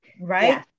right